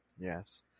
Yes